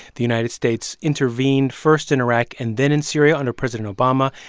the united states intervened first in iraq and then in syria under president obama.